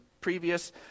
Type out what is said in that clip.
previous